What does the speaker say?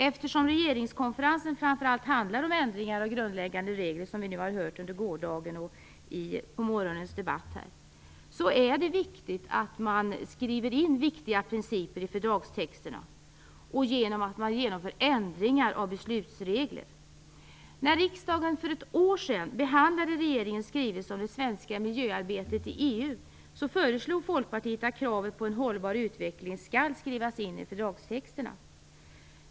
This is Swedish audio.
Eftersom regeringskonferensen framför allt handlar om ändringar av grundläggande regler, vilket vi har hört under gårdagens och förmiddagens debatt, är det viktigt att man skriver in viktiga principer i fördragstexterna och att man genomför ändringar av beslutsregler. När riksdagen för ett år sedan behandlade regeringens skrivelse om det svenska miljöarbetet i EU, föreslog Folkpartiet att kravet på en hållbar utveckling skall skrivas in i fördragstexterna.